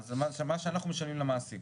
וזה מה שאנחנו משלמים למעסיק.